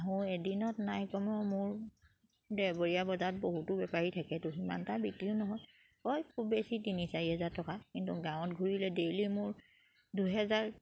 আহোঁ এদিনত নাই কমেও মোৰ দেওবৰীয়া বজাত বহুতো বেপাৰী থাকেতো সিমানটা বিক্ৰীও নহয় হয় খুব বেছি তিনি চাৰি হেজাৰ টকা কিন্তু গাঁৱত ঘূৰিলে ডেইলি মোৰ দুহেজাৰ